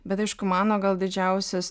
bet aišku mano gal didžiausias